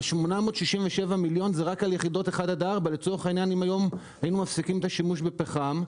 867 מיליון זה רק על יחידות 1 עד 4. אם היום היינו מפסיקים את השימוש בפחם,